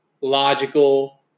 logical